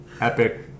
Epic